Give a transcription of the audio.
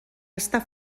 està